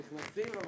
נכנסים לא